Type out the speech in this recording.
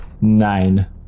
Nine